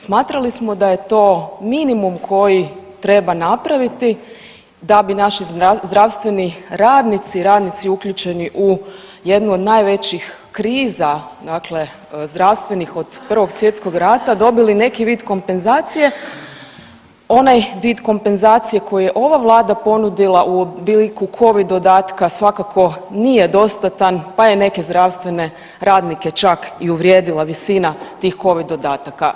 Smatrali smo da je to minimum koji treba napraviti da bi naši zdravstveni radnici, radnici uključeni u jednu od najvećih kriza zdravstvenih od I. svjetskog rata dobili neki vid kompenzacije, onaj vid kompenzacije koji je ova vlada ponudila u obliku covid dodatka svakako nije dostatan pa je neke zdravstvene radnike čak i uvrijedila visina tih covid dodataka.